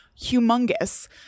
humongous